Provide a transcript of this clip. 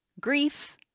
grief